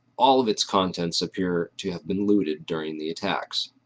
all of its contents appear to have been looted during the attacks.